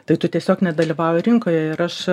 tai tu tiesiog nedalyvauji rinkoje ir aš